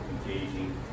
engaging